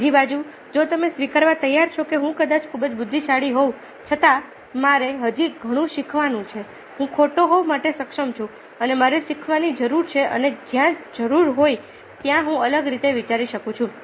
બીજી બાજુ જો તમે સ્વીકારવા તૈયાર છો કે હું કદાચ ખૂબ જ બુદ્ધિશાળી હોવા છતાં મારે હજી ઘણું શીખવાનું છે હું ખોટો હોવા માટે સક્ષમ છું અને મારે શીખવાની જરૂર છે અને જ્યાં જરૂર હોય ત્યાં હું અલગ રીતે વિચારી શકું છું